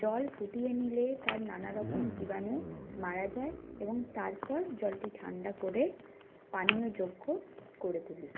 জল ফুটিয়ে নিলে তার নানা রকম জীবাণু মারা যায় এবং তারপর জলটি ঠান্ডা করে পানীয় যোগ্য করে তুলি